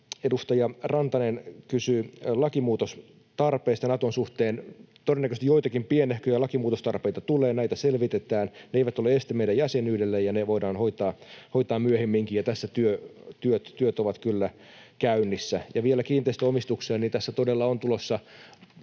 Edustaja Rantanen kysyi lakimuutostarpeista Naton suhteen. Todennäköisesti joitakin pienehköjä lakimuutostarpeita tulee. Näitä selvitetään. Ne eivät ole este meidän jäsenyydellemme, ja ne voidaan hoitaa myöhemminkin, ja tässä työt ovat kyllä käynnissä. Ja vielä kiinteistöomistuksista: tässä todella on tulossa